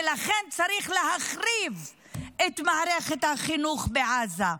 ולכן צריך להחריב את מערכת החינוך בעזה.